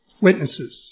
witnesses